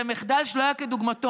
זה מחדל שלא היה כדוגמתו.